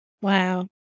Wow